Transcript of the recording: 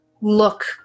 look